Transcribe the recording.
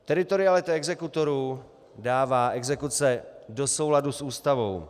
Teritorialita exekutorů dává exekuce do souladu s Ústavou.